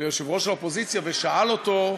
ליושב-ראש האופוזיציה ושאל אותו,